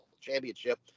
championship